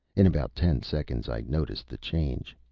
in about ten seconds, i noticed the change.